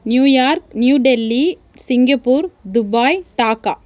New York New Delhi Singapore Dubai Dhaka